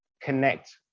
connect